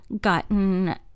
gotten